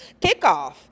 kickoff